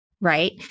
right